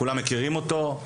כולם מכירים אותו,